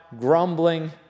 grumbling